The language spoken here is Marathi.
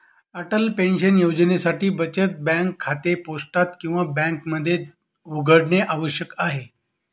अटल पेन्शन योजनेसाठी बचत बँक खाते पोस्टात किंवा बँकेमध्ये उघडणे आवश्यक आहे